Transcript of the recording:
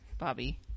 Bobby